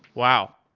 wow.